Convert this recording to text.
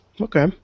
Okay